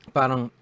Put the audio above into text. parang